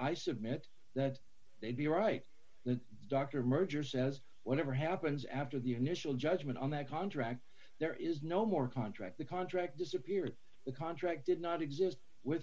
i submit that they'd be right that dr merger says whatever happens after the initial judgment on that contract there is no more contract the contract disappears the contract did not exist with